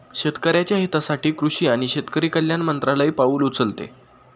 शेतकऱ्याच्या हितासाठी कृषी आणि शेतकरी कल्याण मंत्रालय पाउल उचलते